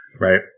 right